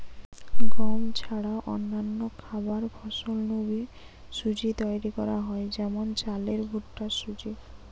গম ছাড়া অন্যান্য খাবার ফসল নু বি সুজি তৈরি করা হয় যেমন চালের ভুট্টার সুজি